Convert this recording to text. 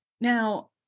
Now